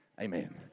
Amen